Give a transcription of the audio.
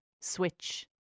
switch